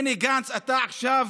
בני גנץ, אתה עכשיו,